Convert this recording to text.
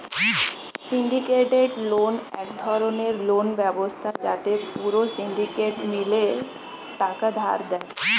syndicated loan এক ধরণের loan ব্যবস্থা যাতে পুরো সিন্ডিকেট মিলে টাকা ধার দেয়